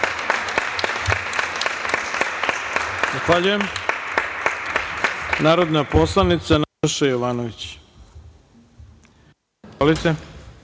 Hvala.